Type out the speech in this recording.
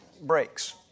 breaks